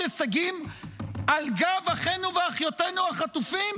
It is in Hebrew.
הישגים על גב אחינו ואחיותינו החטופים?